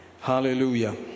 Hallelujah